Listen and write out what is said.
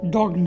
Dog